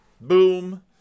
Boom